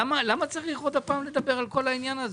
למה צריך עוד הפעם לדבר על כלל העניין הזה?